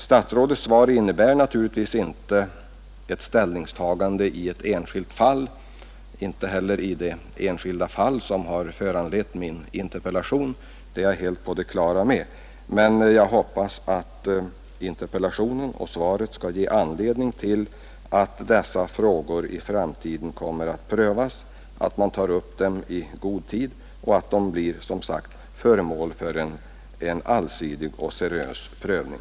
Statsrådets svar innebär naturligtvis inte ett ställningstagande i det enskilda fall som har föranlett min interpellation — det är jag helt på det klara med — men jag hoppas att interpellationen och svaret skall ge anledning till att man tar upp dessa frågor i god tid och att de blir föremål för en allsidig och seriös prövning.